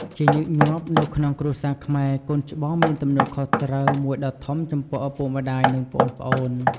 ជាញឹកញាប់ នៅក្នុងគ្រួសារខ្មែរ កូនច្បងមានទំនួលខុសត្រូវមួយដ៏ធំចំពោះឪពុកម្ដាយ និងប្អូនៗ។